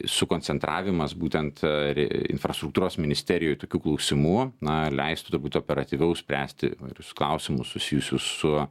sukoncentravimas būtent infrastruktūros ministerijoj tokių klausimų na leistų turbūt operatyviau spręsti įvairius klausimus susijusius su